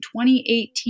2018